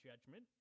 judgment